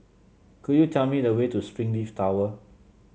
could you tell me the way to Springleaf Tower